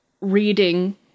reading